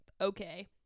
okay